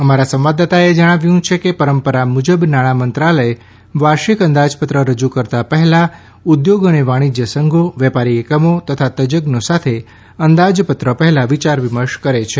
અમારા સંવાદદાતાએ જણાવ્યું છે કે પરંપરા મુજબ નાણા મંત્રાલય વાર્ષિક અંદાજપત્ર રજૂ કરતા પહેલા ઉદ્યોગ અને વાણિજ્ય સંઘો વેપારી એકમો તથા તજજ્ઞો સાથે અંદાજપત્ર પહેલાં વિચાર વિમર્શ કરે છે